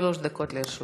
שלוש דקות לרשותך.